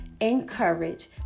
encourage